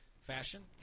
fashion